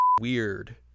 weird